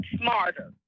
smarter